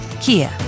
Kia